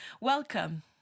welcome